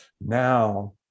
Now